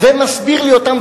ומסביר לי אותם,